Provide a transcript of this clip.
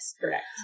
Correct